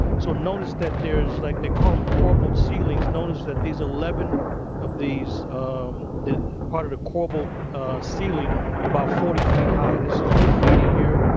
so notice that there's like they call them corbelled ceilings notice that these eleven of these um part of the corbelled ceiling about forty feet high. and this is graffiti here,